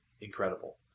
incredible